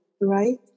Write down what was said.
right